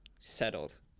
settled